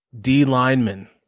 D-Lineman